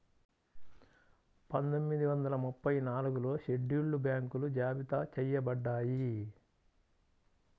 పందొమ్మిది వందల ముప్పై నాలుగులో షెడ్యూల్డ్ బ్యాంకులు జాబితా చెయ్యబడ్డాయి